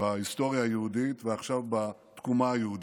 בהיסטוריה היהודית ועכשיו בתקומה היהודית.